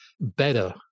better